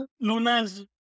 luna's